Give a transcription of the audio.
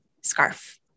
scarf